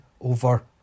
over